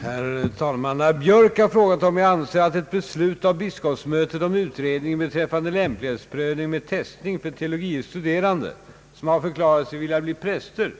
Herr talman! Herr Björk har frågat om jag anser att ett beslut av biskopsmötet om utredning beträffande lämplighetsprövning med testning för teologie studerande, som har förklarat sig vilja bli präster,